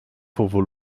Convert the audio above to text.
fuva